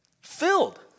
filled